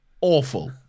Awful